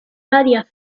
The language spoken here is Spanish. varias